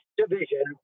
division